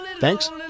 Thanks